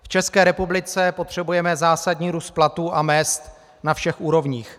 V České republice potřebujeme zásadní růst platů a mezd na všech úrovních.